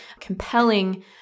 compelling